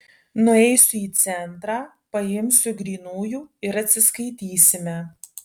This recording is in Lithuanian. nueisiu į centrą paimsiu grynųjų ir atsiskaitysime